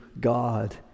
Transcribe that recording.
God